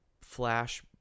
flash-